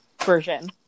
version